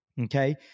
Okay